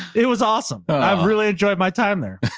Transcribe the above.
it was awesome. but i've really enjoyed my time there.